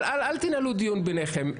אל תנהלו דיון ביניכם.